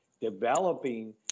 developing